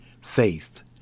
Faith